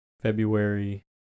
February